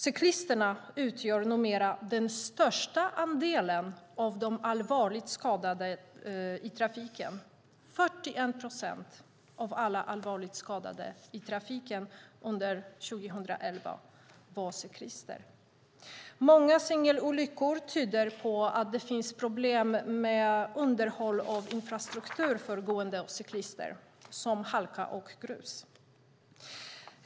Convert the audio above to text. Cyklisterna utgör numera den största andelen av de allvarligt skadade i trafiken - år 2011 var 41 procent av dem cyklister. Många singelolyckor tyder på att det finns problem med underhåll av infrastruktur för gående och cyklister, som halka och grus.